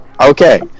Okay